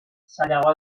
zailago